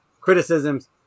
criticisms